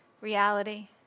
reality